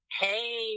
Hey